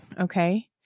Okay